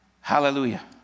Hallelujah